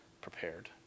prepared